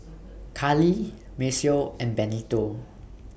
Karlie Maceo and Benito